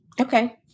Okay